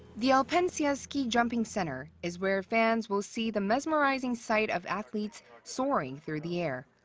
the alpensia ski jumping center is where fans will see the mesmerizing sight of athletes souring through the air.